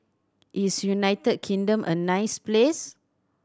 is United Kingdom a nice place